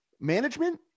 Management